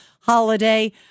holiday